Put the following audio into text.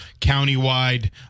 countywide